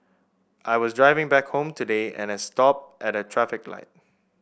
I was driving back home today and had stopped at a traffic light